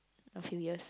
a few years